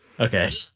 Okay